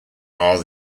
are